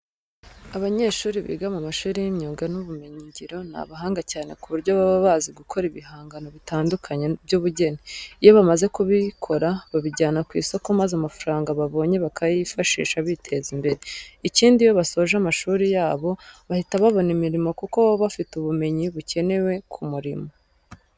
Abanyeshuri biga mu mashuri y'imyuga n'ubumenyingiro ni abahanga cyane ku buryo baba bazi gukora ibihangano bitandukanye by'ubugeni. Iyo bamaze kubikora babijyana ku isoko maza amafaranga babonye bakayifashisha biteza imbere. Ikindi, iyo basoje amashuri yabo bahita babona imirimo kuko baba bafite ubumenyi bukenewe ku murimo.